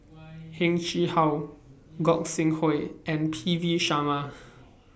Heng Chee How Gog Sing Hooi and P V Sharma